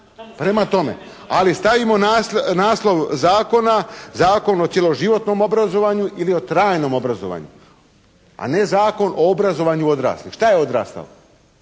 Prema tome, ali stavimo naslov zakona, Zakon o cjeloživotnom obrazovanju ili o trajnom obrazovanju. A ne Zakon o obrazovanju odraslih. Šta je odrastao?